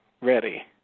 ready